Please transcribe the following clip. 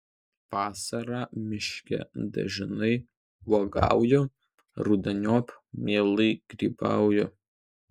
vasarą miške dažnai uogauju rudeniop mielai grybauju